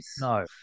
No